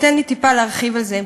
תן לי להרחיב על זה טיפה.